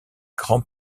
grands